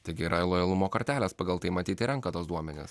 taigi yra lojalumo kortelės pagal tai matyt ir renka tuos duomenis